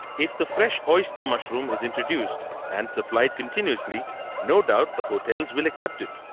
if the fresh oyster mushroom is introduced and supplied continuously no doubt the hotels will accept it.